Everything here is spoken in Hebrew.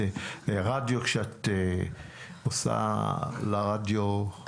ד"ר יפעת שאשא ביטון על הרפורמה במועצות האזוריות.